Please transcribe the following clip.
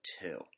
two